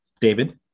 David